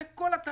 זה כל התהליך.